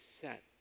set